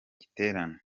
giterane